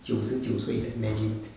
九十九岁 leh imagine